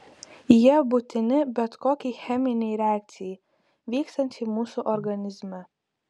jie būtini bet kokiai cheminei reakcijai vykstančiai mūsų organizme